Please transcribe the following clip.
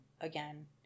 again